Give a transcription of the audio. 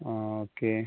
ആ ഓക്കെ